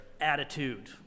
attitude